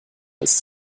ist